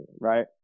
right